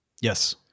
Yes